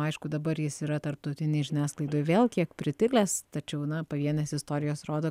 aišku dabar jis yra tarptautinėj žiniasklaidoj vėl kiek pritilęs tačiau pavienės istorijos rodo